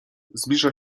zbliża